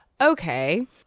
okay